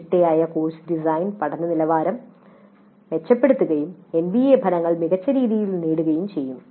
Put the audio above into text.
ചിട്ടയായ course design പഠന നിലവാരം മെച്ചപ്പെടുത്തുകയും എൻബിഎ ഫലങ്ങൾ മികച്ച രീതിയിൽ നേടുകയും ചെയ്യും